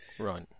Right